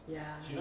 ya